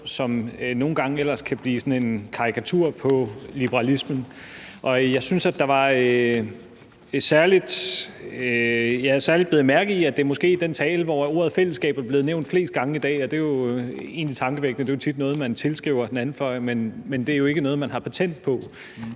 nogle gange kan se blive sådan en karikatur på liberalismen. Jeg synes, at jeg særlig bed mærke i, at det måske er den tale, hvor ordet fællesskab er blevet nævnt flest gange i dag. Og det er jo egentlig tankevækkende. Det er jo tit noget, man tilskriver den anden fløj, men det er jo ikke noget, man har patent på